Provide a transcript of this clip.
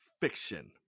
fiction